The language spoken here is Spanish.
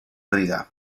riga